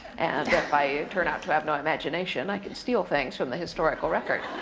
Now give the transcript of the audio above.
and if i turn out to have no imagination i can steal things from the historical record.